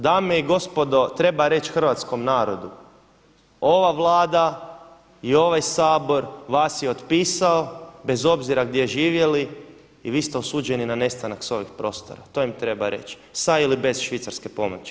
Dame i gospodo treba reći hrvatskom narodu, ova Vlada i ovaj Sabor vas je otpisao bez obzira gdje živjeli i vi ste osuđeni na nestanak s ovih prostora, to im treba reći sa ili bez švicarske pomoći.